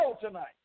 tonight